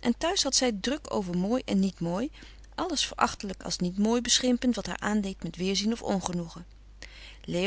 en thuis had zij het druk over mooi en niet mooi alles verachtelijk als niet mooi beschimpend wat haar aandeed met weerzin of ongenoegen